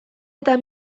eta